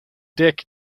dick